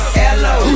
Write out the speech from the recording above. hello